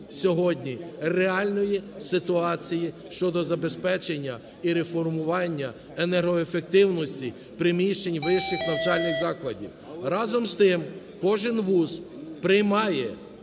сьогодні реальної ситуації щодо забезпечення і реформування енергоефективності приміщень вищих навчальних закладів. Разом з тим, кожен вуз приймає